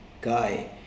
guy